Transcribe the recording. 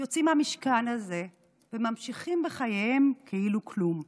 יוצאים מהמשכן הזה וממשיכים בחייהם כאילו כלום.